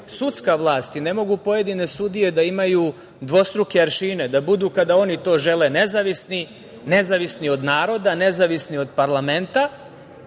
sudska vlast i ne mogu pojedine sudije da imaju dvostruke aršine, da budu kada oni to žele nezavisni, nezavisni od naroda, nezavisni od parlamenta,